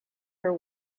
her